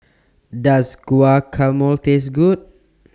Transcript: Does Guacamole Taste Good